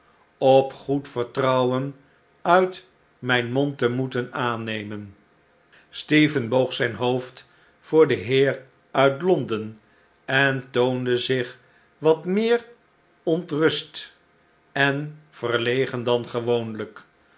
op goed vertrouwen uit mijn mond te moeten aannemen stephen boog zijn hoofd voor den heer uit londen en toonde zich wat meer ontrust en verlegen dan gewoonlijk